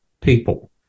People